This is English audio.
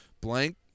Blank